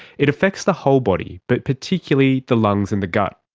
it affects the whole body but particularly the lungs and the gut.